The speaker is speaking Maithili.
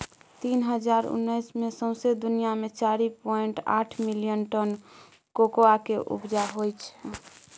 दु हजार उन्नैस मे सौंसे दुनियाँ मे चारि पाइंट आठ मिलियन टन कोकोआ केँ उपजा होइ छै